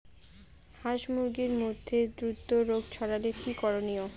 হাস মুরগির মধ্যে দ্রুত রোগ ছড়ালে কি করণীয়?